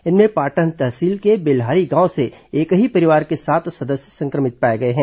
इनमें पाटन तहसील के बेल्हारी गांव से एक ही परिवार के सात सदस्य संक्र भित पाए गए हैं